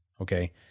okay